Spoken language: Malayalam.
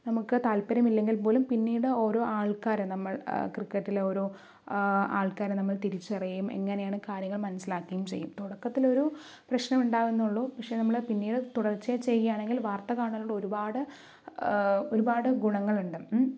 നമുക്ക് താല്പര്യമില്ലെങ്കിൽ പോലും പിന്നീട് ഓരോ ആൾക്കാരെ നമ്മൾ ക്രിക്കറ്റിലെ ഓരോ ആൾക്കാരെ നമ്മൾ തിരിച്ചറിയും എങ്ങനെയാണ് കാര്യങ്ങൾ മനസ്സിലാക്കുകയും ചെയ്യും തുടക്കത്തിലൊരു പ്രശ്നം ഉണ്ടാകുന്നുള്ളു പക്ഷെ നമ്മള് പിന്നീട് തുടർച്ചയായി ചെയ്യുകയാണെങ്കിൽ വാർത്ത കാണുന്നതിലൂടെ ഒരുപാട് ഒരുപാട് ഗുണങ്ങൾ ഉണ്ട്